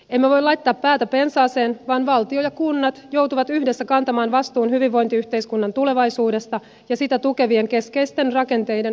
emme voi laittaa päätä pensaaseen vaan valtio ja kunnat joutuvat yhdessä kantamaan vastuun hyvinvointiyhteiskunnan tulevaisuudesta ja sitä tukevien keskeisten rakenteiden uudistamisesta